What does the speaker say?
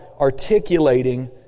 articulating